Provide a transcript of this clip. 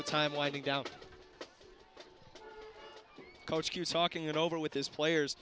with time winding down coach he was talking it over with his players